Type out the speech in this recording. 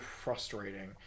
frustrating